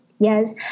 Yes